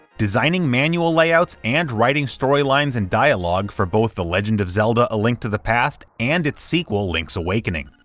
designing manual layouts and writing storylines and dialogue dialogue for both the legend of zelda a link to the past, and its sequel link's awakening.